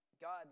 God